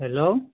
hello